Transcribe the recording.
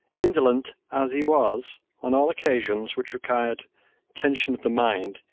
indolent as he was on all occasions which required tension of the mind,